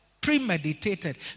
premeditated